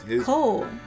Cole